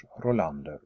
Rolander